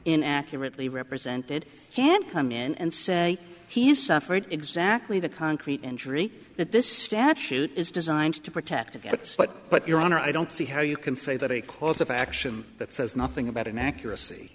in accurately represented can come in and say he has suffered exactly the concrete injury that this statute is designed to protect against what but your honor i don't see how you can say that a course of action that says nothing about an accuracy